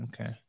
Okay